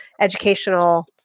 educational